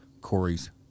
Corey's